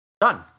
done